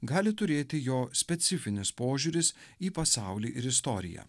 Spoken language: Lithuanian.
gali turėti jo specifinis požiūris į pasaulį ir istoriją